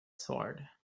sword